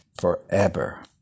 forever